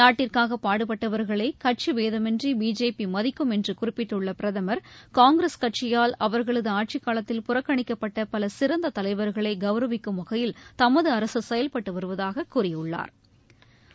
நாட்டிற்காக பாடுபட்டவர்களை கட்சி பேதமின்றி பிஜேபி மதிக்கும் என்று குறிப்பிட்டுள்ள பிரதம் காங்கிரஸ் கட்சியால் அவர்களது ஆட்சிக்காலத்தில் புறக்கணிக்கப்பட்ட பல சிறந்த தலைவர்களை கௌரவிக்கும் வகையில் தமது அரசு செயல்பட்டு வருவதாக கூறியுள்ளாா்